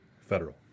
federal